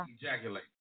ejaculate